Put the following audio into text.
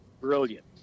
brilliant